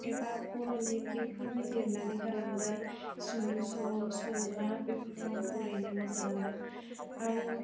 एबा बर' लिरगिरिफोरनि लिरनानै गालांनाय सुंद' सल' सल'मा बेफोरखौ आं फरायनो मोजां मोनो आरो